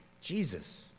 Jesus